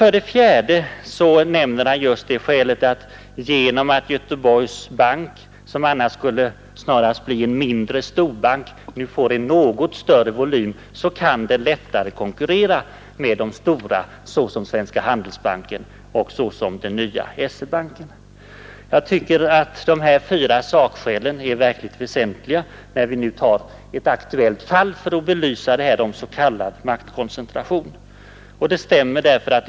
För det fjärde nämner herr Walberg det skälet att genom att Göteborgs bank, som annars snarast skulle bli en mindre storbank, nu får en något större volym kan den lättare konkurrera med de stora såsom Svenska handelsbanken och den nya SE-banken. Jag tycker dessa fyra sakskäl är verkligt väsentliga, när vi har ett aktuellt fall för att belysa s.k. maktkoncentration.